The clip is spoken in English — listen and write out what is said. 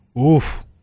Oof